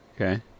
Okay